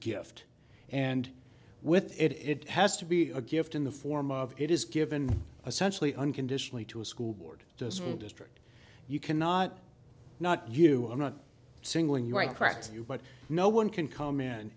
gift and with it it has to be a gift in the form of it is given a centrally unconditionally to a school board doesn't district you cannot not you are not singling you out correct you but no one can come in